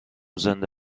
زنده